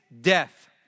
death